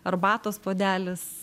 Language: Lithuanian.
arbatos puodelis